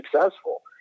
successful